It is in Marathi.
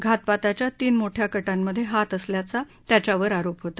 घातपाताच्या तीन मोठ्या कटांमधे हात असल्याचा त्याच्यावर आरोप होता